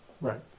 Right